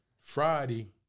Friday